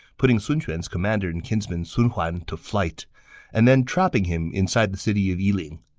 putting sun quan's commander and kinsman sun huan to flight and then trapping him inside the city of yiling.